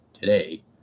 today